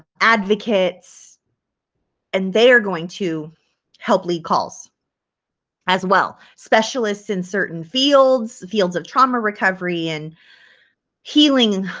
advocates and they are going to help lead calls as well specialists in certain fields fields of trauma recovery and healing